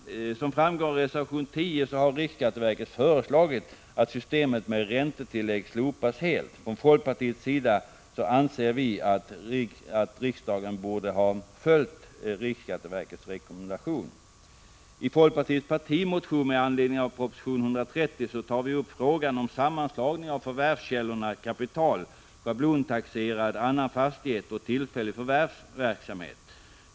Som framgår av reservation 10 har riksskatteverket föreslagit att systemet med räntetillägg slopas helt. Från folkpartiets sida anser vi att riksdagen borde ha följt riksskatteverkets rekommendation. I folkpartiets partimotion med anledning av proposition 130 tar vi upp frågan om en sammanslagning av förvärvskällorna kapital, schablontaxerad annan fastighet och tillfällig förvärvsverksamhet.